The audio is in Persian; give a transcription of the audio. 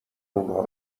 اونها